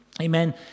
Amen